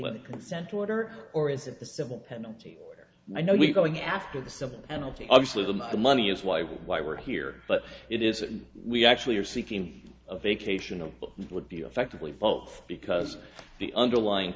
when the consent order or is it the civil penalty where i know we going after the civil penalty obviously the money is why why we're here but it isn't we actually are seeking a vacation would be effectively both because the underlying